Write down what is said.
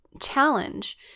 challenge